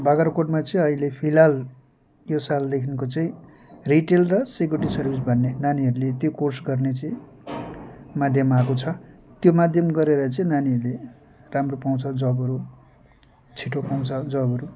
बाग्राकोटमा चाहिँ अहिले फिलहाल यो सालदेखिको चाहिँ रिटेल र सेकुरेटी सर्विस भन्ने नानीहरूले त्यो कोर्स गर्ने चाहिँ माध्यम आएको छ त्यो माध्यम गरेर चाहिँ नानीहरूले राम्रो पाउँछ जबहरू छिटो पाउँछ जबहरू